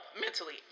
mentally